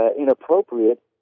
inappropriate